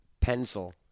Pencil